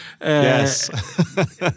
Yes